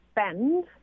spend